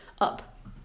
up